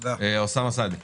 אוסאמה סעדי.